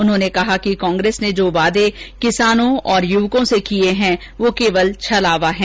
उन्होंने कहा कि कांग्रेस ने जो वादे किसानों और युवकों से किए वे केवल छलावा है